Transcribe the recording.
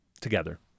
together